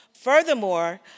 Furthermore